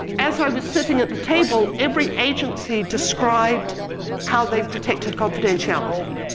as i was sitting at the table, every agency described how they protected confidentiality.